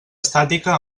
estàtica